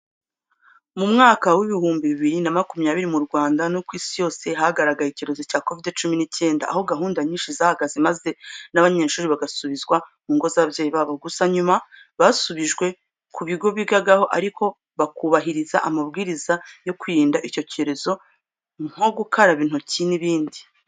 Mu mwaka w'ibihumbi bibiri na makumyabiri mu Rwanda no ku isi yose hagaragaye icyorezo cya kovide cyumi n'icyenda, aho gahunda nyinshi zahagaze maze n'abanyeshuri bagasubizwa mu ngo z'ababyeyi babo. Gusa nyuma basubijwe ku bigo bigagaho ariko bakubahiriza amabwiriza yo kwirinda icyo cyorezo nko gukaraba intoki n'ibindi.